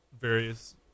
various